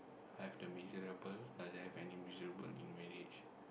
I have the miserable doesn't have any miserable in marriage